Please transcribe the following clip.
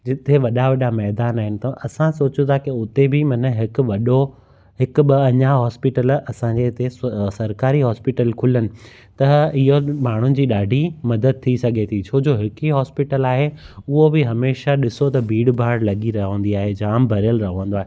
जिते वॾा वॾा मैदान आहे त असां सोचो था की उते बि माना हिकु वॾो हिकु ॿ अञा हॉस्पिटल असांजे हिते सरकारी हॉस्पिटल खुलनि त इहा बि माण्हुनि जी ॾाढी मदद थी सघे थी छोजो हिकु ई हॉस्पिटल आहे उहो बि हमेशा ॾिसो त भीड़ भाड़ लॻी रहंदी आहे जाम भरियलु रहंदो आहे